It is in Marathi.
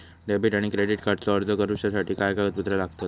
डेबिट आणि क्रेडिट कार्डचो अर्ज करुच्यासाठी काय कागदपत्र लागतत?